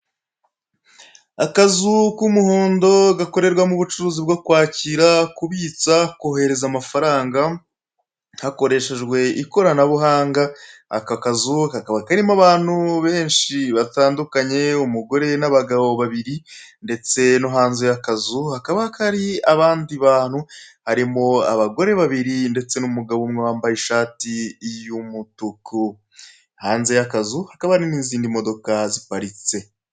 Akazu k'umuhondo gakorerwamo ubucuruzi bwo kwakira, kubitsa, kohereza amafaranga hakoreshejwe ikoranabuhanga, aka kazu kakaba karimo abantu benshi batandukanye, umugore n'abagabo babiri ndetse no hanze y'akazu hakaba hari abandi bantu harimo abagore babiri ndetse n'umugabo umwe wambaye ishati y'umutuku. Hanze y'akazu hakaba hari n'izindi modoka ziparitse.